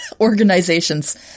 Organizations